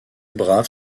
braves